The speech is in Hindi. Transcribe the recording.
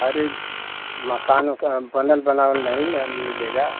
अरे मकान ओकान बनल बनावल नहीं ना मिलेगा